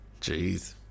Jeez